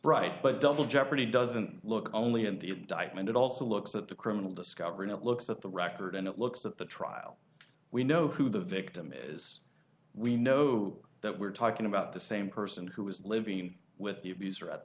bride but double jeopardy doesn't look only in the indictment it also looks at the criminal discovery it looks at the record and it looks at the trial we know who the victim is we know that we're talking about the same person who was living with the abuser at